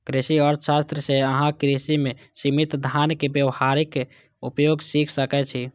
कृषि अर्थशास्त्र सं अहां कृषि मे सीमित साधनक व्यावहारिक उपयोग सीख सकै छी